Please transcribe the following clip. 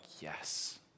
yes